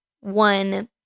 one